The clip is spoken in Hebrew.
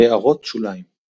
הערות שוליים ==